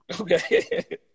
Okay